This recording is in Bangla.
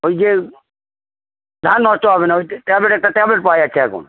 ওই যে ধান নষ্ট হবে না ওই যে ট্যাবলেট একটা ট্যাবলেট পাওয়া যাচ্ছে এখন